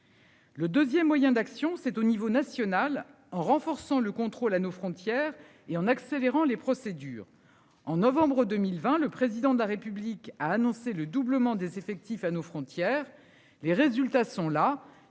Le 2ème moyen d'action, c'est au niveau national en renforçant le contrôle à nos frontières et en accélérant les procédures en novembre 2020, le président de la République a annoncé le doublement des effectifs à nos frontières. Les résultats sont là,